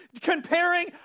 comparing